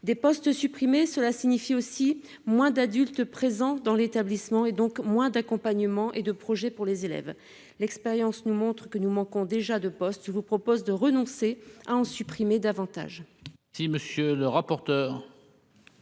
des postes supprimés, cela signifie aussi moins d'adultes présents dans l'établissement et donc moins d'accompagnement et de projet pour les élèves, l'expérience nous montre que nous manquons déjà de poste, vous propose de renoncer à en supprimer davantage.